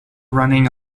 running